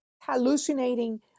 hallucinating